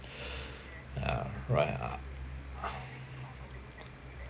ya right ah